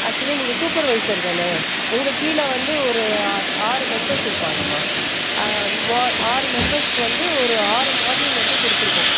actually நீங்கள் supervisor தானே உங்கள் கீழே வந்து ஒரு ஆறு மெம்பெர்ஸ் இருப்பாங்கமா ஆறு மெம்பெர்ஸ்க்கு வந்து ஒரு ஆறு மாடியுல் வந்து கொடுத்துருக்கோம்